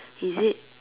is it